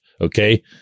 okay